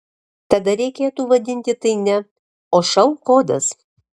tada reikėtų vadinti tai ne o šou kodas